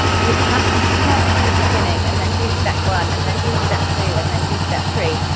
you have to start from the beginning and then do step one and then do step two and then do step three.